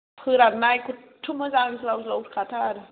फोराननाय खथ' मोजां ज्लाव ज्लावखाथार